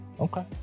Okay